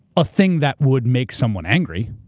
a thing that would make someone angry.